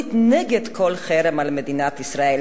ועקרונית נגד כל חרם על מדינת ישראל,